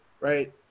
right